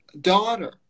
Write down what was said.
daughter